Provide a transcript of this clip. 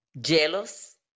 jealous